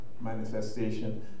manifestation